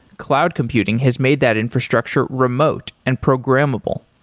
cloud computing has made that infrastructure remote and programmable.